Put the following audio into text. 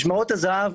משמרות הזה"ב,